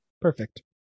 Perfect